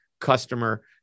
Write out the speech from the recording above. customer